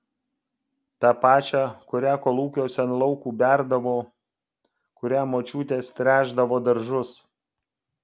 tą pačią kurią kolūkiuose ant laukų berdavo kuria močiutės tręšdavo daržus